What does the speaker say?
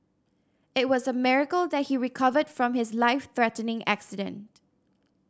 it was a miracle that he recovered from his life threatening accident